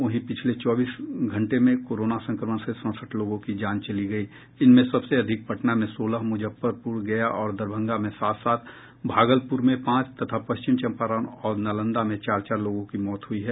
वहीं पिछले चौबीस घंटे में कोरोना संक्रमण से सड़सठ लोगों की जान चली गई इनमें सबसे अधिक पटना में सोलह मुजफ्फरपुर गया और दरभंगा में सात सात भागलपुर में पांच तथा पश्चिम चंपारण और नालंदा में चार चार लोगों की मौत हुई है